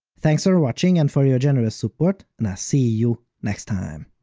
thanks for watching and for your generous support, and i'll see you next time!